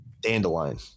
dandelion